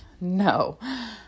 no